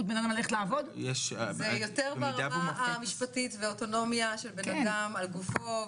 זה יותר ברמה המשפטית של האוטונומיה של בנאדם על גופו,